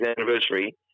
anniversary